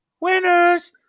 winners